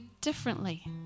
differently